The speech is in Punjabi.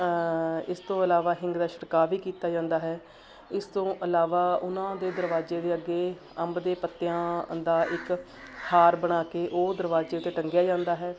ਇਸ ਤੋਂ ਇਲਾਵਾ ਹਿੰਗ ਦਾ ਛੜਕਾ ਵੀ ਕੀਤਾ ਜਾਂਦਾ ਹੈ ਇਸ ਤੋਂ ਇਲਾਵਾ ਉਹਨਾਂ ਦੇ ਦਰਵਾਜੇ ਦੇ ਅੱਗੇ ਅੰਬ ਦੇ ਪੱਤਿਆਂ ਦਾ ਇੱਕ ਹਾਰ ਬਣਾ ਕੇ ਉਹ ਦਰਵਾਜੇ 'ਤੇ ਟੰਗਿਆ ਜਾਂਦਾ ਹੈ